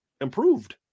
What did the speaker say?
improved